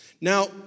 Now